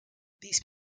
these